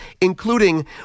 including